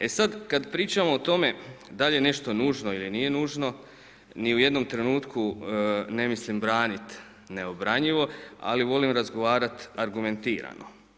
E sad kad pričamo o tome, da li je nešto nužno ili nije nužno ni u jednom trenutku ne mislim braniti neobranjivo, ali volim razgovarat argumentirano.